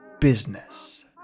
business